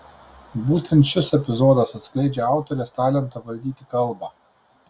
būtent šis epizodas atskleidžią autorės talentą valdyti kalbą